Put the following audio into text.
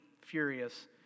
furious